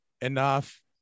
enough